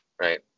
right